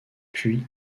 puis